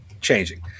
changing